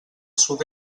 sud